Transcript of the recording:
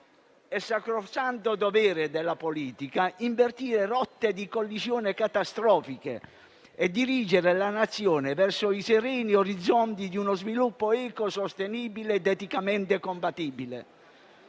È sacrosanto dovere della politica invertire rotte di collisione catastrofiche e dirigere la Nazione verso i sereni orizzonti di uno sviluppo ecosostenibile ed eticamente compatibile.